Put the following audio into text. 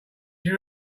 your